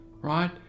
right